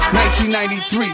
1993